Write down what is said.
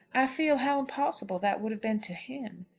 i feel how impossible that would have been to him.